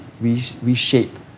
reshape